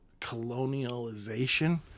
colonialization